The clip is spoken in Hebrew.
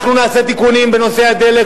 אנחנו נעשה תיקונים בנושא הדלק.